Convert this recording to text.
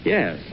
Yes